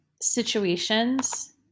situations